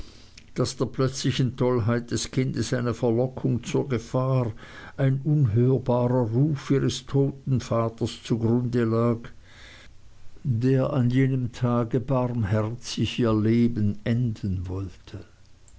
daß der plötzlichen tollheit des kindes eine verlockung zur gefahr ein unhörbarer ruf ihres toten vaters zugrunde lag der an jenem tage barmherzig ihr leben enden wollte